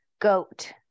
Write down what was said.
goat